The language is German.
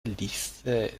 ließe